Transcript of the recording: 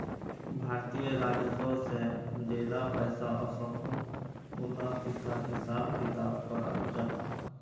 भारतीय राजस्व से जेला पैसा ओसोह उला पिसार हिसाब किताब कराल जाहा